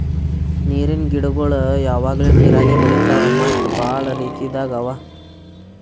ನೀರಿನ್ ಗಿಡಗೊಳ್ ಯಾವಾಗ್ಲೂ ನೀರಾಗೆ ಬೆಳಿತಾವ್ ಮತ್ತ್ ಭಾಳ ರೀತಿದಾಗ್ ಅವಾ